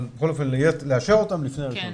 בכל אופן לאשר אותן לפני ה-1 בספטמבר.